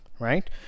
right